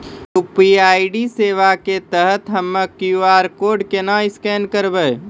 UPI सेवा के तहत हम्मय क्यू.आर कोड केना स्कैन करबै?